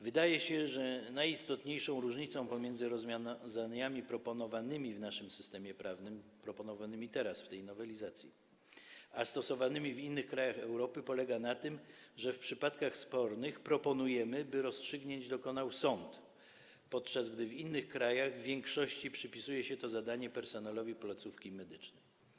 Wydaje się, że najistotniejsza różnica pomiędzy rozwiązaniami proponowanymi w naszym systemie prawnym, proponowanymi w tej nowelizacji a stosowanymi w innych krajach Europy polega na tym, że w przypadkach spornych proponujemy, by rozstrzygnięć dokonywał sąd, podczas gdy w innych krajach w większości to zadanie przypisuje się personelowi placówki medycznej.